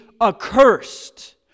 accursed